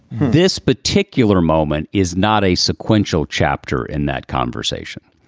this particular moment is not a sequential chapter in that conversation.